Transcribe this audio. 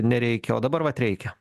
nereikia o dabar vat reikia